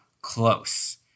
close